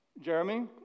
Jeremy